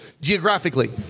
geographically